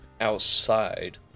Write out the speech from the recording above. outside